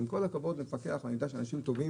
עם כל הכבוד למפקח, ואני יודע שאלה אנשים טובים,